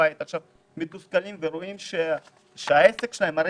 בבית מתוסכלים ורואים שהעסק שלהם מתמוטט?